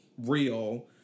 real